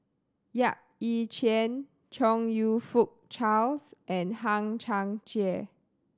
Yap Ee Chian Chong You Fook Charles and Hang Chang Chieh